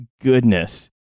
goodness